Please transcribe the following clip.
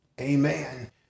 Amen